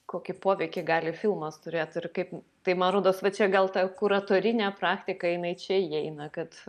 kokį poveikį gali filmas turėti ir kaip tai man rodos va čia gal ta kuratorinė praktika jinai čia įeina kad